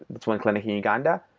that's one clinic in uganda.